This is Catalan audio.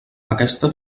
aquesta